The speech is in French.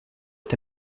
est